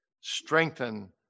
strengthen